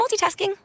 multitasking